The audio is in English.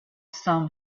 some